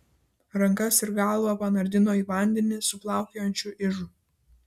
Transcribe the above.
rankas ir galvą panardino į vandenį su plaukiojančiu ižu